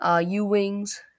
U-Wings